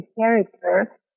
character